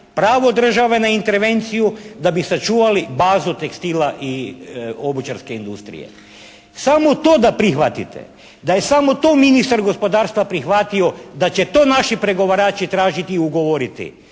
pravo države na intervenciju da bi sačuvali bazu tekstila i obućarske industrije. Samo to da prihvatite, da je samo to ministar gospodarstva prihvatio da će to naši pregovarači tražiti i ugovoriti